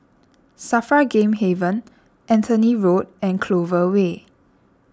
Safra Game Haven Anthony Road and Clover Way